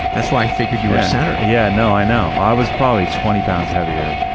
that's why i figured you were center. yeah no, i know. i was probably twenty pounds heavier,